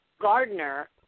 Gardner